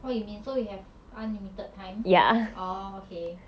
what you mean so you have unlimited time orh okay